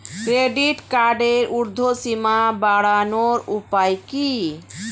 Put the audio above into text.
Credit কার্ডের উর্ধ্বসীমা বাড়ানোর উপায় কি?